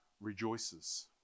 rejoices